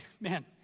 man